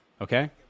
Okay